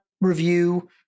review